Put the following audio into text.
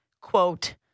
quote